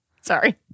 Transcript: Sorry